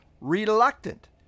reluctant